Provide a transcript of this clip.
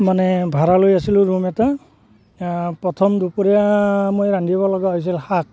মানে ভাড়া লৈ আছিলোঁ ৰুম এটা প্ৰথম দুপৰীয়া মই ৰান্ধিবলগা হৈছিল শাক